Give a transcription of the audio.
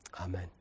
Amen